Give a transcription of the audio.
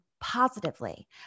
positively